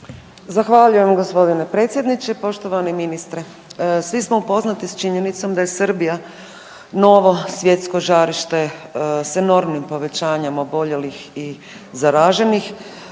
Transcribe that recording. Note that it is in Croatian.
Zahvaljujem g. predsjedniče. Poštovani ministre. Svi smo upoznati s činjenicom da je Srbija novo svjetsko žarište sa enormnim povećanjem oboljelih i zaraženih,